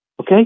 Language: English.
okay